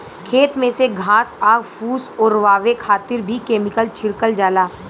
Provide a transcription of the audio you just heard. खेत में से घास आ फूस ओरवावे खातिर भी केमिकल छिड़कल जाला